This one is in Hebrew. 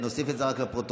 נוסיף את זה רק לפרוטוקול,